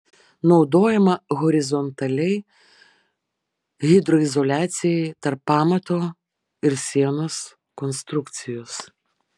naudojama horizontaliai hidroizoliacijai tarp pamato ir sienos konstrukcijos